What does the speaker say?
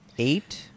eight